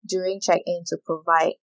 during check in to provide